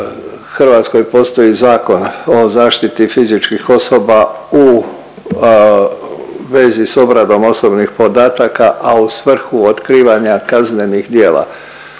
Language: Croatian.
Hrvatskoj postoji Zakon o zaštiti fizičkih osoba u vezi s obradom osobnih podataka, a u svrhu otkrivanja kaznenih djela.